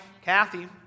Kathy